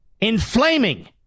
inflaming